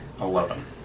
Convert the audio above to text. Eleven